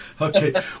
Okay